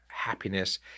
Happiness